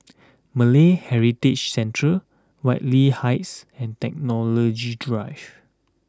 Malay Heritage Centre Whitley Heights and Technology Drive